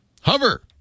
Hover